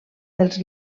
dels